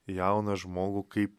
jauną žmogų kaip